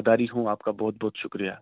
آداری ہوں آپ کا بہت بہت شکریہ